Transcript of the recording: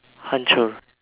hancur